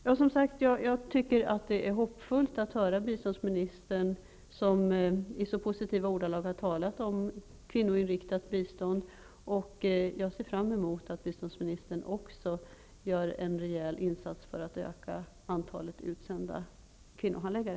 Jag tycker, som sagt, att det är hoppfullt att höra biståndsministern som i så positiva ordalag har talat om kvinnoinriktat bistånd. Jag ser fram emot att biståndsministern också gör en rejäl insats för att öka antalet utsända kvinnohandläggare.